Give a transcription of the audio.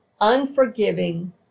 unforgiving